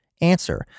answer